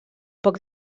poc